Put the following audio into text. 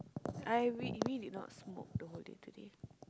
I we we did not smoke the whole day today